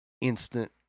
instant